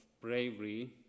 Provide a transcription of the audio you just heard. bravery